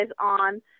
on